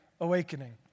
awakening